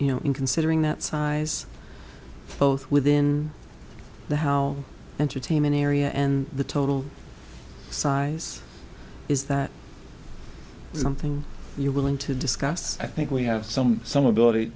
you know in considering that size both within the how entertainment area and the total size is that something you're willing to discuss i think we have some some ability